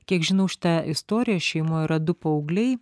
kiek žinau šitą istoriją šeimoj yra du paaugliai